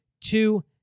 two